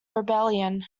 rebellion